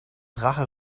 drache